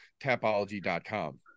tapology.com